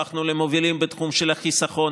הפכנו למובילים בתחום של החיסכון.